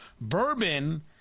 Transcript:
Bourbon